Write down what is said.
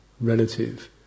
relative